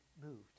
moved